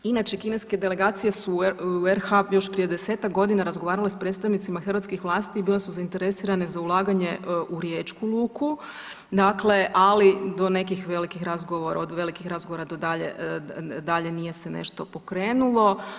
Inače kineske delegacije su u RH još prije 10-tak godina razgovarale s predstavnicima hrvatskih vlasti i bile su zainteresirane za ulaganje u riječku luku, dakle do nekih velikih razgovora, od velikih razgovora to dalje nije se nešto pokrenulo.